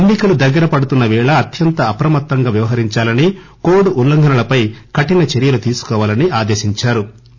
ఎన్నికలు దగ్గర పడుతున్న పేళ అత్యంత అప్రమత్తంగా వ్యవహరించాలని కోడ్ ఉల్లంఘనలపై కఠిన చర్యలు తీసుకోవాలని ఆదేశించారు